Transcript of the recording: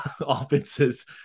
offenses